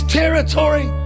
territory